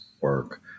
work